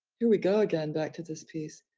here we go again, back to this piece.